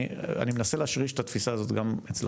אני מנסה להשריש את התפיסה הזאת גם אצלכם.